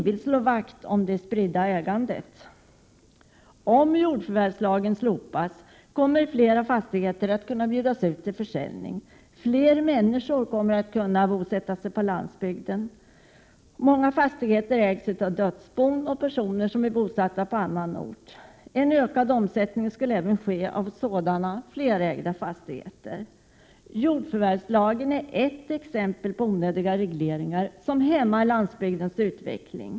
Vi slår vakt om det spridda ägandet. Om jordförvärvslagen slopas kommer flera fastigheter att bjudas ut till försäljning. Flera människor kommer att kunna bosätta sig på landsbygden. Många fastigheter ägs av dödsbon och personer som är bosatta på annan ort. En ökad omsättning av sådana flerägda fastigheter skulle också bli följden. Jordförvärvslagen är endast ett exempel på onödiga regleringar som hämmar landsbygdens utveckling.